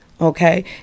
Okay